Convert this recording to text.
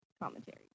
commentary